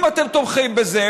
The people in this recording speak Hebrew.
אם אתם תומכים בזה,